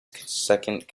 second